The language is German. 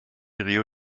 rio